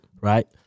Right